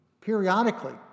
periodically